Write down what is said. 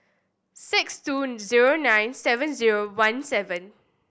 six two zero nine seven zero one seven